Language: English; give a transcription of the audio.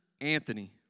Anthony